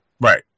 right